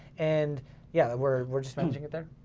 and yeah we're we're just managing it there.